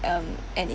um and it